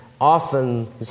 often